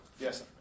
yes